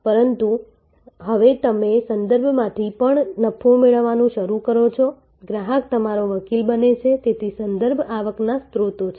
પરંતુ હવે તમે સંદર્ભોમાંથી પણ નફો મેળવવાનું શરૂ કરો છો ગ્રાહક તમારો વકીલ બને છે તેથી સંદર્ભ આવકના સ્ત્રોતો છે